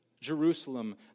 Jerusalem